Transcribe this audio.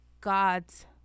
God's